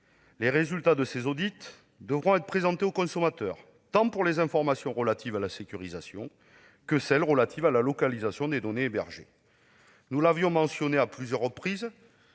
Les résultats de cet audit devront être présentés au consommateur, pour les informations relatives tant à la sécurisation qu'à la localisation des données hébergées. Nous l'avions mentionné à plusieurs reprises,